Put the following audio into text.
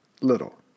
little